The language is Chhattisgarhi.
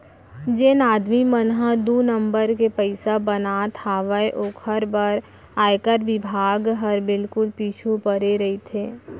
जेन आदमी मन ह दू नंबर के पइसा बनात हावय ओकर बर आयकर बिभाग हर बिल्कुल पीछू परे रइथे